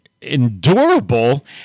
endurable